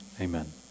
Amen